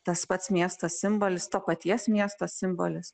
tas pats miesto simbolis to paties miesto simbolis